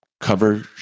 cover